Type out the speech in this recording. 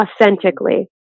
authentically